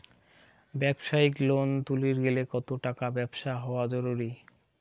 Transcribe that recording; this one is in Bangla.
ব্যবসায়িক লোন তুলির গেলে কতো টাকার ব্যবসা হওয়া জরুরি?